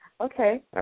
Okay